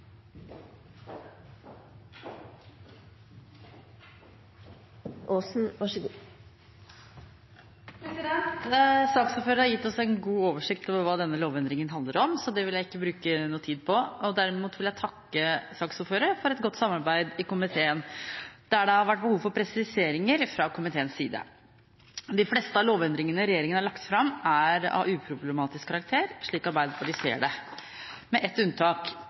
har gitt oss en god oversikt over hva denne lovendringen handler om, så det vil jeg ikke bruke tid på. Derimot vil jeg takke saksordføreren for et godt samarbeid i komiteen der det har vært behov for presiseringer fra komiteens side. De fleste av lovendringene regjeringen har lagt fram, er av uproblematisk karakter, slik Arbeiderpartiet ser det, med ett unntak.